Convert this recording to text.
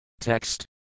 Text